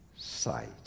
sight